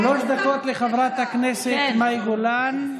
איזה סנקציות יש, שלוש דקות לחברת הכנסת מאי גולן.